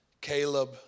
Caleb